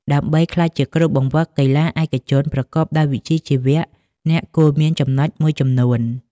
ដើម្បីក្លាយជាគ្រូបង្វឹកកីឡាឯកជនប្រកបដោយវិជ្ជាជីវៈ អ្នកគួរមានចំណុចមួយចំនួន។